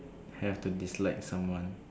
have to dislike someone